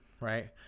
right